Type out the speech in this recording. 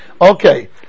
Okay